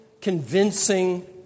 convincing